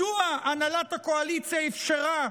מדוע הנהלת הקואליציה אפשרה